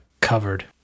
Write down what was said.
Covered